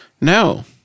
No